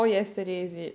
yesterday is it